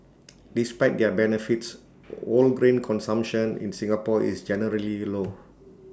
despite their benefits whole grain consumption in Singapore is generally low